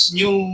new